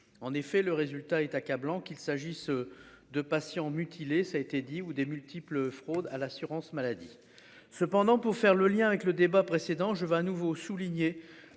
en effet le résultat est accablant, qu'il s'agisse. De patients mutilés. Ça a été dit ou des multiples fraudes à l'assurance maladie. Cependant, pour faire le lien avec le débat précédent, je veux à nouveau souligner